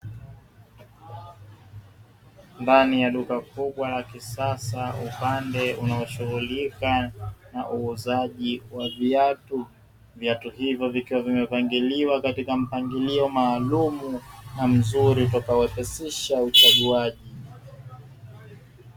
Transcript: Ndani ya duka kubwa la kisasa upande unaoshughulika na uuzaji wa viatu, viatu hivyo vikiwa vimepangiliwa katika mpangilio maalumu na mzuri utakao rahisisha uchaguwaji.